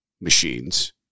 machines